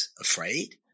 afraid